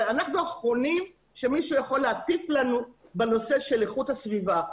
אנחנו האחרונים שמישהו יכול להטיף לנו בנושא של איכות הסביבה.